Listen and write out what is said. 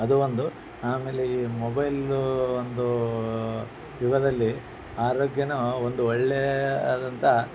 ಅದು ಒಂದು ಆಮೇಲೆ ಈ ಮೊಬೈಲೂ ಒಂದು ಯುಗದಲ್ಲಿ ಆರೋಗ್ಯನೂ ಒಂದು ಒಳ್ಳೆಯ ಆದಂಥ